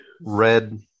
Red